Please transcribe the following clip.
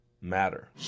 matter